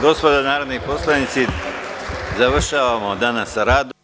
Gospodo narodni poslanici, završavamo danas sa radom.